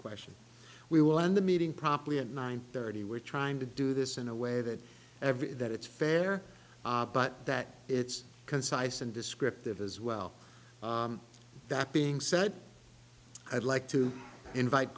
question we will end the meeting promptly at nine thirty we're trying to do this in a way that every that it's fair but that it's concise and descriptive as well that being said i'd like to invite